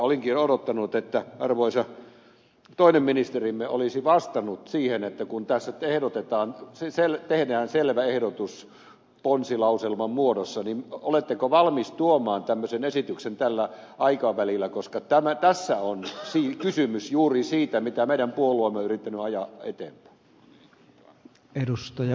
olinkin odottanut että arvoisa toinen ministerimme olisi vastannut siihen että kun tässä tehdään selvä ehdotus ponsilauselman muodossa niin oletteko valmis tuomaan tämmöisen esityksen tällä aikavälillä koska tässä on kysymys juuri siitä mitä meidän puolueemme on yrittänyt ajaa eteenpäin